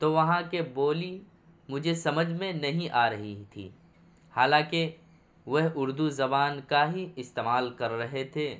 تو وہاں کے بولی مجھے سمجھ میں نہیں آ رہی تھی حالاںکہ وہ اردو زبان کا ہی استعمال کر رہے تھے